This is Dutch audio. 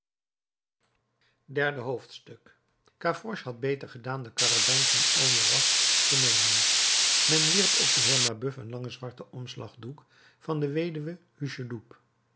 derde hoofdstuk gavroche had beter gedaan de karabijn van enjolras te nemen men wierp op den heer mabeuf een langen zwarten omslagdoek van de weduwe hucheloup